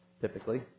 typically